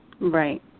Right